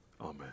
amen